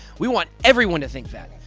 we want everyone to think that.